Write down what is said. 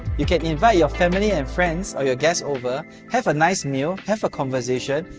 you can invite your family and friends, or your guests over, have a nice meal have conversation,